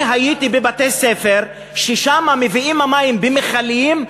אני הייתי בבתי-ספר שמביאים להם מים במכלים,